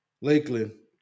Lakeland